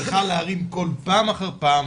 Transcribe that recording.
קל להרים קול פעם אחר פעם,